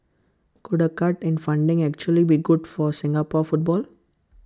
could A cut in funding actually be good for Singapore football